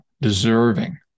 deserving